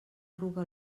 arruga